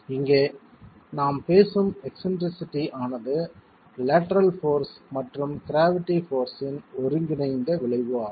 இங்கே நாம் பேசும் எக்ஸ்ன்ட்ரிசிட்டி ஆனது லேட்டரல் போர்ஸ் மற்றும் க்ராவிட்டி போர்ஸ் இன் ஒருங்கிணைந்த விளைவு ஆகும்